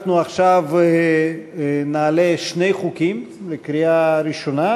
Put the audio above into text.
אנחנו עכשיו נעלה שני חוקים לקריאה ראשונה,